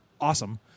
awesome